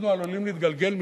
אנחנו עלולים להתגלגל,